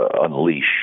unleash